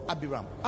Abiram